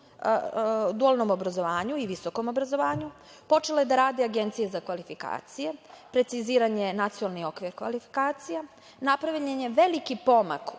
dualnom i visokom obrazovanju. Počela je da radi Agencija za klasifikacije. Preciziran je Nacionalni okvir kvalifikacija. Napravljen je veliki pomak